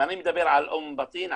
אני מדבר על אום בטין,